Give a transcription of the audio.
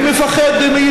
נכבדה,